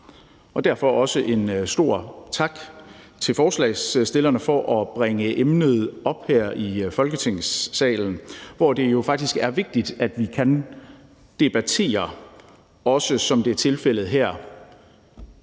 der også lyde en stor tak til forslagsstillerne for at bringe emnet op her i Folketingssalen, hvor det jo faktisk er vigtigt, at vi kan debattere – som det også er tilfældet her